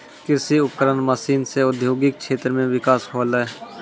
कृषि उपकरण मसीन सें औद्योगिक क्षेत्र म बिकास होलय